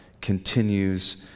continues